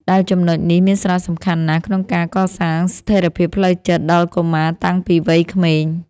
ដែលចំណុចនេះមានសារៈសំខាន់ណាស់ក្នុងការកសាងស្ថិរភាពផ្លូវចិត្តដល់កុមារតាំងពីវ័យក្មេង។